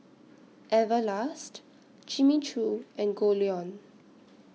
Everlast Jimmy Choo and Goldlion